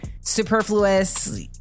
superfluous